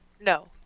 No